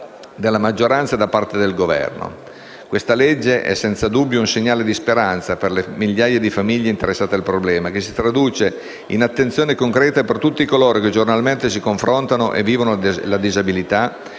della maggioranza e del Governo. Il provvedimento è, senza dubbio, un segnale di speranza per le migliaia di famiglie interessate dal problema, che si traduce in attenzione concreta per tutti coloro che giornalmente si confrontano e vivono la disabilità